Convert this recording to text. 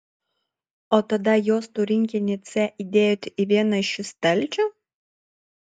o tada juostų rinkinį c įdėjote į vieną iš šių stalčių